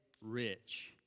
Rich